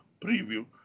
preview